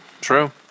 True